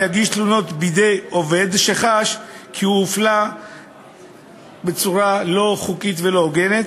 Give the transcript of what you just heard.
להגשת תלונה בידי עובד שחש כי הוא הופלה בצורה לא חוקית ולא הוגנת,